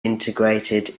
integrated